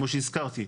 כמו שהזכרתי,